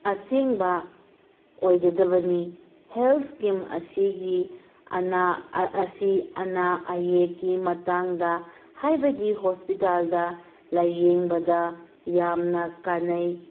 ꯑꯁꯦꯡꯕ ꯑꯣꯏꯒꯗꯕꯅꯤ health scheme ꯑꯁꯤꯒꯤ ꯑꯅꯥ ꯑꯁꯤ ꯑꯅꯥ ꯑꯌꯦꯛꯀꯤ ꯃꯇꯥꯡꯗ ꯍꯥꯏꯕꯗꯤ ꯍꯣꯁꯄꯤꯇꯥꯜꯗ ꯂꯥꯌꯦꯡꯕꯗ ꯌꯥꯝꯅ ꯀꯥꯟꯅꯩ